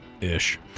Ish